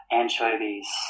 Anchovies